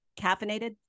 caffeinated